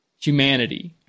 humanity